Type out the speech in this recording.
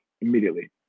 immediately